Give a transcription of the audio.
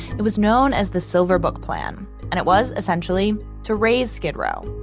it was known as the silver book plan and it was essentially to raze skid row,